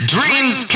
Dreams